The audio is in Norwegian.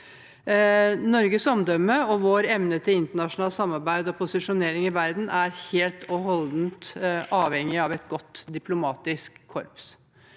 Norges omdømme og vår evne til internasjonalt samarbeid og posisjonering i verden er helt og holdent avhengig av et godt diplomatisk korps.